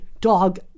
dog